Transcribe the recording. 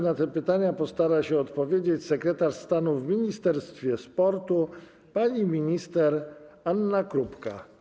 Na te pytania postara się odpowiedzieć sekretarz stanu w Ministerstwie Sportu pani minister Anna Krupka.